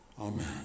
Amen